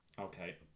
Okay